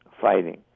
fighting